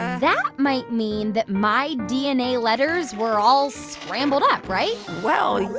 that might mean that my dna letters were all scrambled up, right? well,